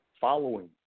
following